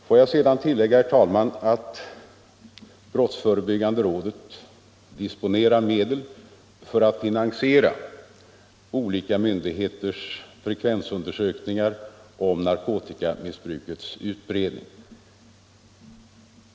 Låt mig sedan, herr talman, tillägga att brottsförebyggande rådet disponerar medel för att finansiera olika myndigheters frekvensundersökningar om narkotikamissbrukets omfattning.